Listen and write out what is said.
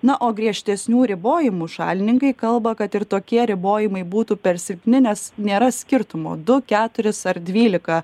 na o griežtesnių ribojimų šalininkai kalba kad ir tokie ribojimai būtų per silpni nes nėra skirtumo du keturis ar dvylika